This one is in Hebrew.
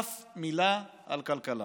אף מילה, על כלכלה.